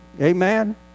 Amen